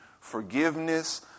forgiveness